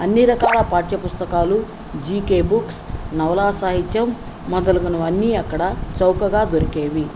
అన్ని రకాల పాఠ్యపుస్తకాలు జీకే బుక్స్ నవలా సాహిత్యం మొదలుగునవి అన్నీ అక్కడ చౌకగా దొరికేవి